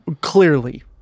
clearly